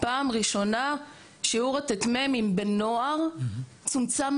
פעם ראשונה שיעור הט"מ בנוער צומצם,